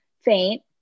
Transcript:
faint